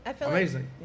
amazing